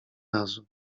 razu